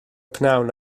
pnawn